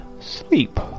sleep